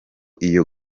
iyo